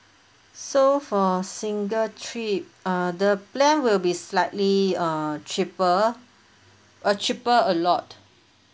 so for single trip uh the plan will be slightly err cheaper uh cheaper a lot